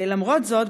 למרות זאת,